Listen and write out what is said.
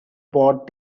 bought